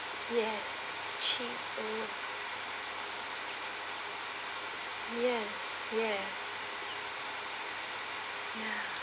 yes old yes yes ya